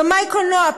במאי קולנוע,